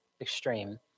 extreme